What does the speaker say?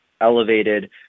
elevated